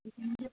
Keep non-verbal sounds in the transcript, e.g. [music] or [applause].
[unintelligible]